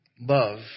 Love